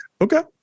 Okay